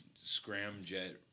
scramjet